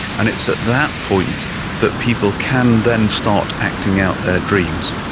and it's at that point that people can then start acting out their dreams.